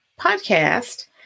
podcast